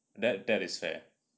that that is fair